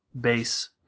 base